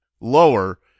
lower